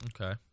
Okay